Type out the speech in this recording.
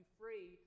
free